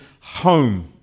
home